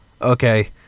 okay